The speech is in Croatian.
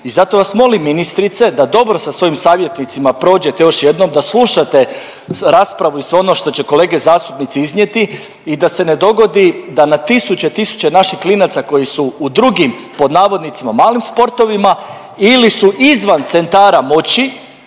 I zato vas molim ministrice da dobro sa svojim savjetnicima prođete još jednom da slušate raspravu u i sve ono što će kolege zastupnici iznijeti i da se ne dogodi da na tisuće i tisuće naših klinaca koji su u drugim pod navodnicima malim sportovima ili su izvan centara moći